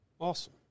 Awesome